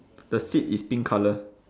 the seat is pink colour